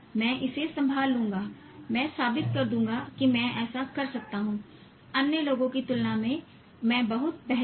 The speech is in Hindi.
मैं इसे संभाल लूंगा मैं साबित कर दूंगा कि मैं ऐसा कर सकता हूं अन्य लोगों की तुलना में बहुत बेहतर है